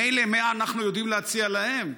מילא מה אנחנו יודעים להציע להם,